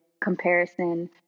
comparison